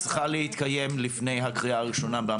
היא צריכה להתקיים לפני הקריאה הראשונה במליאה.